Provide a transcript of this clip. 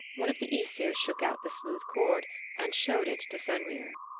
one of the aesir shook out the smooth cord and showed it to fenrir.